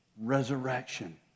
Resurrection